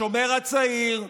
השומר הצעיר,